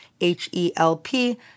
H-E-L-P